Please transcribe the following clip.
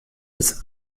bis